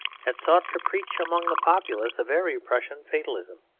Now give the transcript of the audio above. had sought to preach among the populace a very prussian fatalism,